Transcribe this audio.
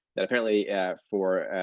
that apparently for